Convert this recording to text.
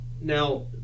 Now